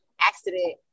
accident